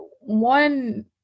one